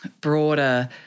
broader